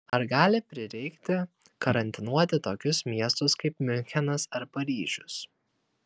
ar gali prireikti karantinuoti tokius miestus kaip miunchenas ar paryžius